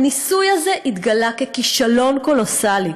הניסוי הזה התגלה ככישלון קולוסלי.